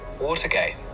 Watergate